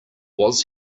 was